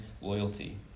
loyalty